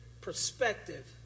perspective